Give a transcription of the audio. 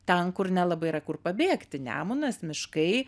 ten kur nelabai yra kur pabėgti nemunas miškai